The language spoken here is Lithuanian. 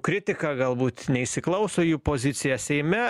kritiką galbūt neįsiklauso į jų poziciją seime